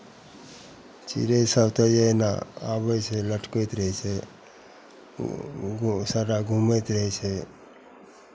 चिड़ैसभ तऽ अहिना आबै छै लटकैत रहै छै ओ सभटा घूमैत रहै छै